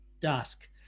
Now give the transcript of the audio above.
dusk